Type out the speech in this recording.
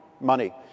money